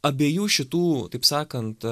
abiejų šitų taip sakant